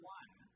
one